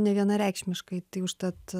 nevienareikšmiškai tai užtat